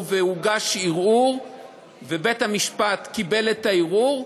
והוגש ערעור ובית-המשפט קיבל את הערעור,